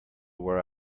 where